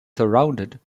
surrounded